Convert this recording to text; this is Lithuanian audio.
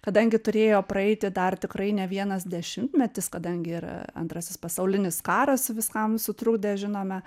kadangi turėjo praeiti dar tikrai ne vienas dešimtmetis kadangi ir a antrasis pasaulinis karas viskam sutrukdė žinome